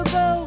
go